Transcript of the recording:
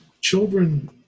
children